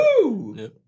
Woo